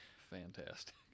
Fantastic